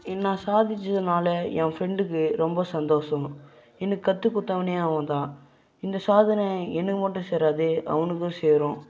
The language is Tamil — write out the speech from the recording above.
இது நான் சாதிச்சதுனால ஏன் ஃப்ரெண்டுக்கு ரொம்ப சந்தோசம் எனக்கு கற்றுக்குடுத்தவனே அவன் தான் இந்த சாதனை எனக்கு மட்டும் சேராது அவனுக்கும் சேரும்